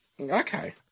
Okay